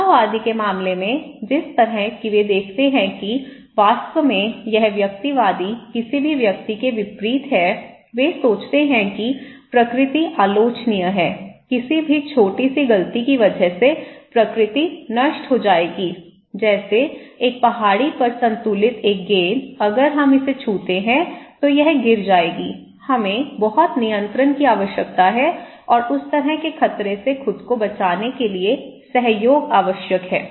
समतावादी के मामले में जिस तरह की वे देखते हैं कि वास्तव में यह व्यक्तिवादी किसी भी व्यक्ति के विपरीत है वे सोचते हैं कि प्रकृति आलोचनीय है किसी भी छोटी सी गलती की वजह से प्रकृति नष्ट हो जाएगी जैसे एक पहाड़ी पर संतुलित एक गेंद अगर हम इसे छूते हैं तो यह गिर जाएगी हमें बहुत नियंत्रण की आवश्यकता है और उस तरह के खतरे से खुद को बचाने के लिए सहयोग आवश्यक है